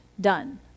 Done